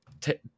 Take